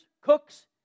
cooks